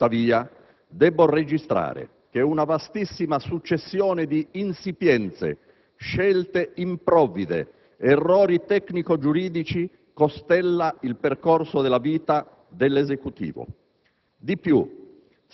Oggi, tuttavia, debbo registrare che una vastissima successione di insipienze, scelte improvvide ed errori tecnici giuridici costella il percorso della vita dell'Esecutivo.